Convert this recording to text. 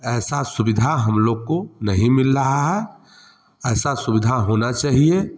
ऐसा सुविधा हम लोग को नहीं मिल रहा है ऐसा सुविधा होना चाहिए